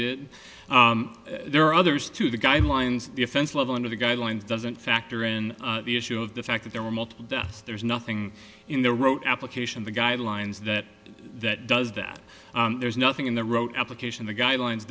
did there are others to the guidelines the offense level under the guidelines doesn't factor in the issue of the fact that there were multiple deaths there's nothing in the wrote application of the guidelines that that does that there's nothing in the rote application the guidelines